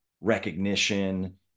recognition